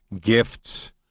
gifts